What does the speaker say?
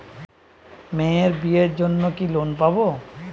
মেয়ের বিয়ের জন্য কি কোন লোন পাব?